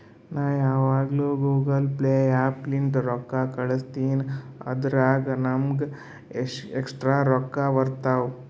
ನಾ ಯಾವಗ್ನು Google Pay app ಲಿಂತೇ ರೊಕ್ಕಾ ಕಳುಸ್ತಿನಿ ಅದುರಾಗ್ ನಮ್ಮೂಗ ಎಕ್ಸ್ಟ್ರಾ ರೊಕ್ಕಾ ಬರ್ತಾವ್